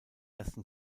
ersten